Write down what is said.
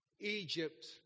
Egypt